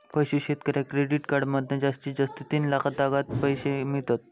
पशू शेतकऱ्याक credit card मधना जास्तीत जास्त तीन लाखातागत पैशे मिळतत